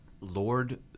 Lord